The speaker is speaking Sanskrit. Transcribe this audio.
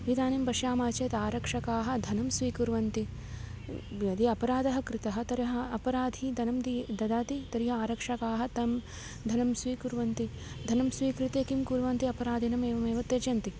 इदानीं पश्यामः चेत् आरक्षकाः धनं स्वीकुर्वन्ति यदि अपराधः कृतः तर्हि अपराधं धनं दीयते ददाति तर्हि आरक्षकाः तत् धनं स्वीकुर्वन्ति धनं स्वीकृत्य किं कुर्वन्ति अपराधीन् एवमेव त्यजन्ति